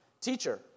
Teacher